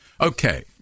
okay